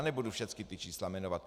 Nebudu všecka čísla jmenovat.